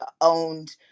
owned